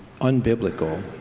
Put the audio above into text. unbiblical